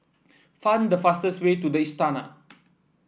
find the fastest way to the Istana